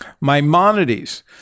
Maimonides